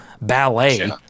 ballet